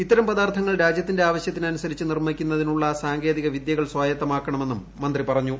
ഇത്തരം പദാർത്ഥങ്ങൾ രാജൃത്തിന്റെ ആവശൃത്തിന് അനുസരിച്ച് നിർമ്മിക്കുന്നതിനുള്ള സാങ്കേതിക വിദ്യകൾ സ്വായത്തമാക്കണമെന്നും മന്ത്രി പറഞ്ഞു